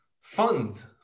funds